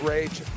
Rage